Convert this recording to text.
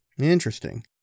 Interesting